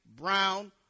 brown